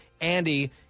Andy